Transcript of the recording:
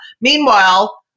Meanwhile